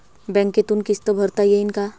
बँकेतून किस्त भरता येईन का?